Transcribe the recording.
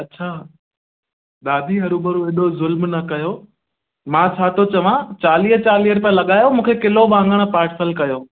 अच्छा दादी हरूभरू ऐॾो ज़ुल्म न कयो मां छा थो चवां चालीह चालीह रुपया लॻायो मूंखे किलो वाङण पार्सल कयो